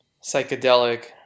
psychedelic